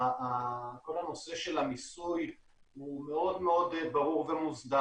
כל הנושא של המיסוי הוא מאוד ברור ומוסדר